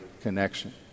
connection